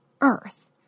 earth